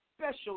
special